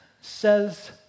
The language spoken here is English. says